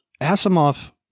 Asimov